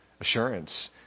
assurance